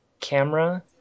camera